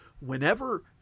whenever